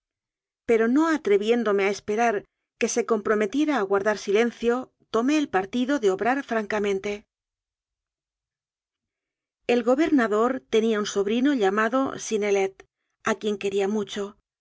pero no atreviéndome a esperar que se comprometiera a guardar silen cio tomé el partido de obrar francamente el gobernador tenía un sobrino llamado synnelet a quien quería mucho